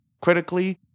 critically